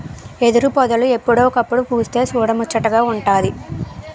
ఎదురుపొదలు ఎప్పుడో ఒకప్పుడు పుస్తె సూడముచ్చటగా వుంటాది